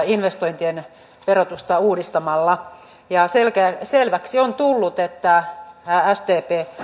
investointien verotusta uudistamalla ja selväksi on tullut että sdp